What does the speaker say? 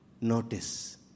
notice